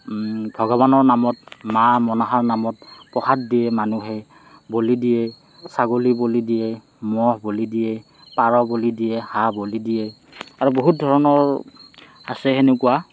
ভগৱানৰ নামত মা মনসাৰ নামত প্ৰসাদ দিয়ে মানুহে বলি দিয়ে ছাগলী বলি দিয়ে ম'হ বলি দিয়ে পাৰ বলি দিয়ে হাঁহ বলি দিয়ে আৰু বহুত ধৰণৰ আছে সেনেকুৱা